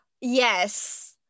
yes